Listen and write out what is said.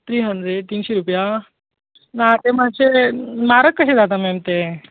three hundred तिनशीं रुपया ना ते मातशे म्हारग कशें जाता मॅम तें